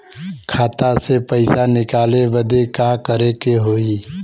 खाता से पैसा निकाले बदे का करे के होई?